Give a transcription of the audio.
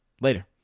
Later